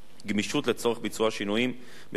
לצורך ביצוע שינויים בשיעור מרכיב